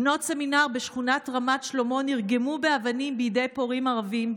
בנות סמינר בשכונת רמת שלמה נרגמו באבנים בידי פורעים ערבים,